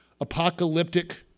apocalyptic